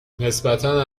نسبتا